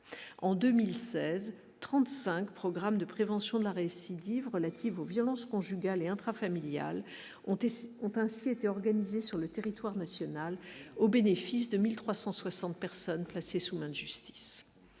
en 2016, 35 programmes de prévention de la récidive relatives aux violences conjugales et intra-ont ont ainsi été organisées sur le territoire national, au bénéfice de 1360 personnes placées sous main de justice